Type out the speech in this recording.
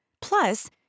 Plus